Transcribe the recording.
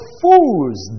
fools